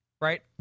Right